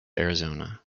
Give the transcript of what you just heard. arizona